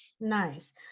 Nice